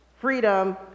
freedom